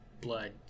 blood